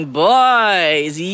boys